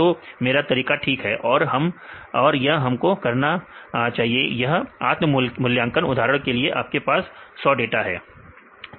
तो मेरा तरीका ठीक है और यह हमको करना है यह आत्म मूल्यांकन उदाहरण के लिए आपके पास 100 डाटा है